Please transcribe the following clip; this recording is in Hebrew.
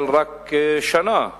אבל רק שנה אחרי,